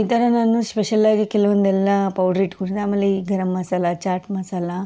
ಈ ಥರ ನಾನು ಸ್ಪೆಷಲ್ಲಾಗಿ ಕೆಲವೊಂದೆಲ್ಲ ಪೌಡ್ರ್ ಇಟ್ಕೊಂಡಿದೆ ಆಮೇಲೆ ಈ ಗರಮ್ ಮಸಾಲೆ ಚಾಟ್ ಮಸಾಲೆ